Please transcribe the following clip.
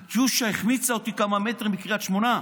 קטיושה החמיצה אותי כמה מטרים בקריית שמונה,